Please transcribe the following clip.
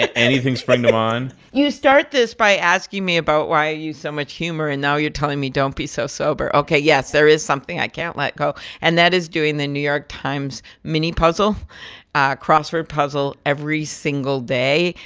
anything spring to mind? you start this by asking me about why do you use so much humor, and now you're telling me don't be so sober. ok. yes, there is something i can't let go, and that is doing the new york times mini puzzle crossword puzzle every single day.